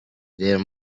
there